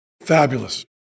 Fabulous